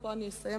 ופה אני אסיים,